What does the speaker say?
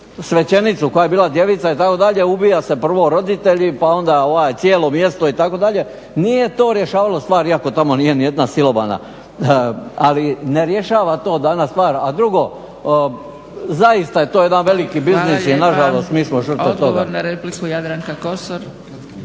svećenicu koja je bila djevica itd. ubija se prvo roditelji pa onda cijelo mjesto itd. Nije to rješavalo stvar, iako tamo nije nijedna silovana, ali ne rješava to danas stvar. A drugo, zaista je to jedan veliki biznis i nažalost mi smo žrtve toga.